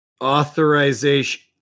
authorization